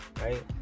right